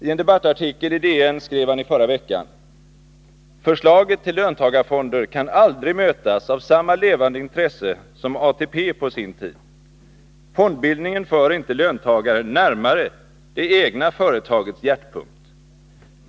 I en debattartikel i DN skrev han i förra veckan: ”Förslaget till löntagarfonder kan aldrig mötas av samma levande intresse som ATP på sin tid. Fondbildningen för inte löntagarna närmare det egna företagets hjärtpunkt.